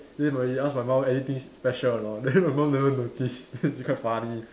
then when he ask my mum anything special or not then my mum never notice it's it's quite funny